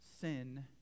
sin